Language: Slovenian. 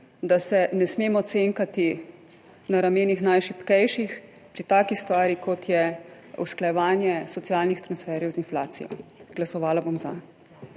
da se ne smemo cenkati na ramenih najšibkejših pri taki stvari, kot je usklajevanje socialnih transferjev z inflacijo. Glasovala bom za.